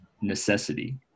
necessity